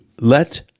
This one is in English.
let